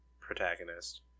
protagonist